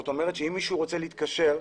זאת אומרת, אם מישהו רוצה להתקשר,